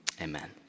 Amen